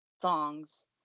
songs